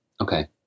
okay